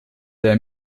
der